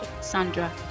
Sandra